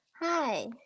hi